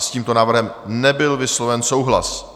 S tímto návrhem nebyl vysloven souhlas.